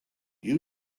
you